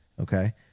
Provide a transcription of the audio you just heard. Okay